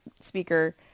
Speaker